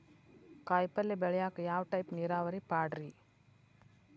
ಕಾಯಿಪಲ್ಯ ಬೆಳಿಯಾಕ ಯಾವ ಟೈಪ್ ನೇರಾವರಿ ಪಾಡ್ರೇ?